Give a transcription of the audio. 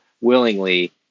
willingly